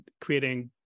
creating